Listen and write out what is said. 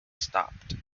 stopped